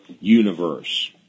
universe